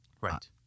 Right